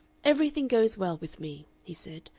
everything goes well with me, he said,